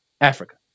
Africa